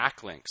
backlinks